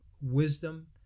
wisdom